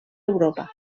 europa